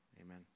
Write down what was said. Amen